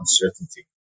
uncertainty